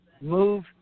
move